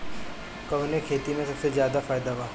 कवने खेती में सबसे ज्यादा फायदा बा?